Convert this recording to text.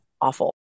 awful